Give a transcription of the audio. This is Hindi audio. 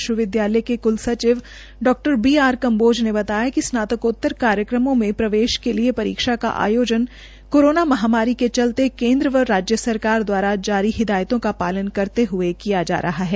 विश्वविद्यालय के कुलपति डॉ बी बार कम्बोज ने बताया कि स्नातकोतर कार्यक्रमों में प्रवेश के लिए परीक्षा का आयोजन कोरोना महामारी के चलते केन्द्र व राज्य द्वारा जारी हिदायतों का पालन करते हये किया जा रहा है